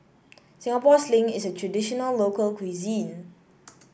Singapore Sling is a traditional local cuisine